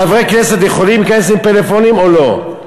חברי כנסת יכולים להיכנס עם פלאפונים או לא?